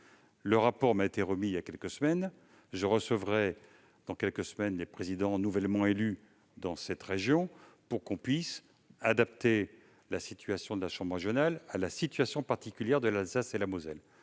Ce rapport m'a été remis il y a quelques semaines, et je recevrai dans quelques semaines les présidents d'exécutifs locaux nouvellement élus dans cette région afin que l'on puisse adapter le fonctionnement de la chambre régionale à la situation particulière de l'Alsace et de la Moselle.